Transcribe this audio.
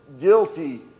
guilty